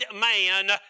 man